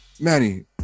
Manny